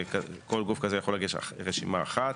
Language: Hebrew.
שכל גוף כזה יכול להגיש רשימה אחת.